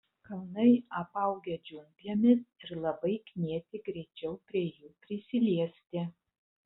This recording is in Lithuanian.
kalnai apaugę džiunglėmis ir labai knieti greičiau prie jų prisiliesti